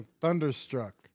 Thunderstruck